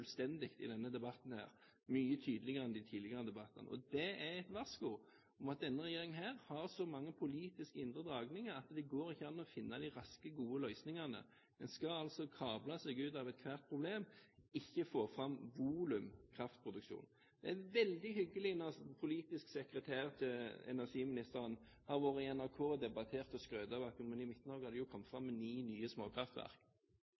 fullstendig i denne debatten – mye tydeligere enn i de tidligere debattene. Det er et varsko om at denne regjeringen har så mange politiske indre dragninger at det ikke går an å finne de raske, gode løsningene. En skal altså kable seg ut av ethvert problem, ikke få fram volum kraftproduksjon. Det er veldig hyggelig at den politiske sekretæren til energiministeren har vært i NRK og debattert og skrytt av at man i Midt-Norge hadde kommet